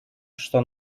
что